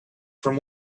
from